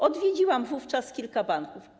Odwiedziłam wówczas kilka banków.